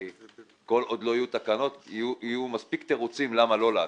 כי כל עוד לא יהיו תקנות יהיו תירוצים מספיק למה לא לעשות.